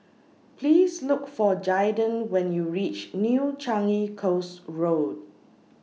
Please Look For Jaiden when YOU REACH New Changi Coast Road